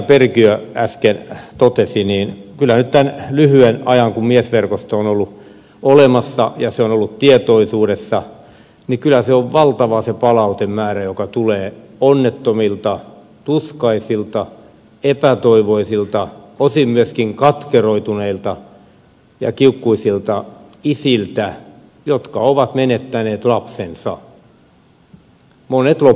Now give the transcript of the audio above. perkiö äsken totesi kyllä nyt tämän lyhyen ajan kun miesverkosto on ollut olemassa ja se on ollut tietoisuudessa on ollut valtava se palautemäärä joka tulee onnettomilta tuskaisilta epätoivoisilta osin myöskin katkeroituneilta ja kiukkuisilta isiltä jotka ovat menettäneet lapsensa monet lopullisesti